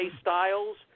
Styles